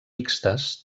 mixtes